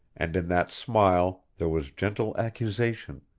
and in that smile there was gentle accusation,